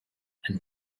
and